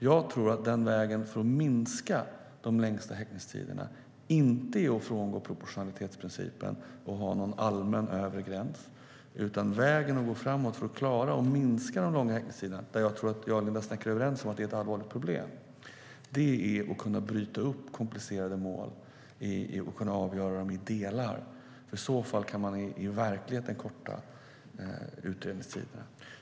Jag tror inte att vägen för att minska de längsta häktningstiderna är att frångå proportionalitetsprincipen och ha någon allmän övre gräns. Vägen att gå framåt för att klara att minska de långa häktningstiderna - som jag tror att Linda Snecker och jag är överens om är ett allvarligt problem - är att kunna bryta upp komplicerade mål och avgöra dem i delar. I så fall kan man i verkligheten korta utredningstiderna.